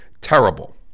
terrible